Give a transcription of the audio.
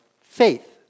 faith